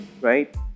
right